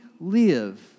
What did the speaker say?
live